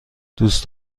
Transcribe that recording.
دوست